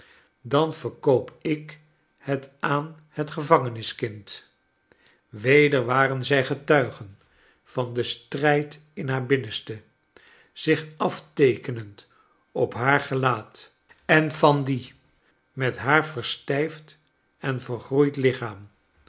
dan verkoop ik het aan het gevangeniskind weder waxen zij getuige van den strijd in haar binnenste zich afteekenend op haar gelaat en van dien met haar verstijfd en vergroeid lichaam